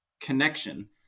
connection